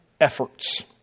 efforts